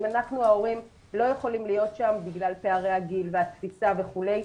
אם אנחנו ההורים לא יכולים להיות שם בגלל פערי הגיל והקפיצה וכולי.